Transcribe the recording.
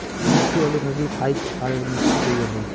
মিষ্টি আলু থাকি ফাইক সাদের মিষ্টি তৈয়ার হই